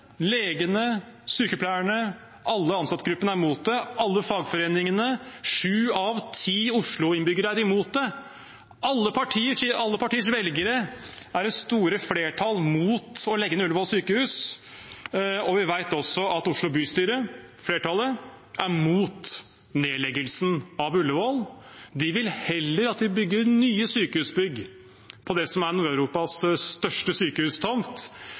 er alle fagforeningene. Sju av ti Oslo-innbyggere er imot det. Blant alle partienes velgere er det store flertallet imot å legge ned Ullevål sykehus. Vi vet også at flertallet i Oslo bystyre er imot nedleggelsen av Ullevål. De vil heller at vi bygger nye sykehusbygg på det som er Nord-Europas største